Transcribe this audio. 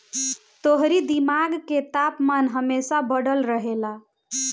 तोहरी दिमाग के तापमान हमेशा बढ़ल रहेला